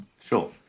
Sure